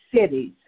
cities